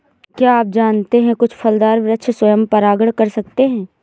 क्या आप जानते है कुछ फलदार वृक्ष स्वयं परागण कर सकते हैं?